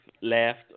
left